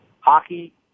hockey